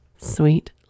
sweet